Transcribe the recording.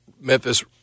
Memphis